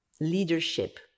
leadership